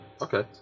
Okay